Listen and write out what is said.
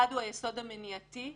אחד הוא היסוד המניעתי,